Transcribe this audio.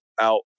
out